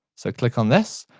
so click on this.